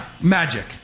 Magic